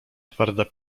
twarda